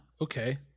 okay